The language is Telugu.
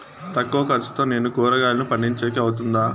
తక్కువ ఖర్చుతో నేను కూరగాయలను పండించేకి అవుతుందా?